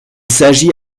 s’agit